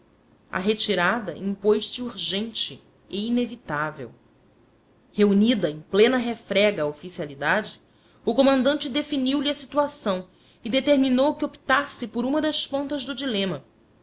a retirada impôs se urgente e inevitável reunida em plena refrega a oficialidade o comandante definiu lhe a situação e determinou que optasse por uma das pontas do dilema